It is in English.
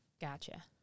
Gotcha